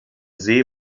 see